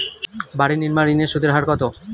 বাড়ি নির্মাণ ঋণের সুদের হার কত?